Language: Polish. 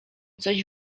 coś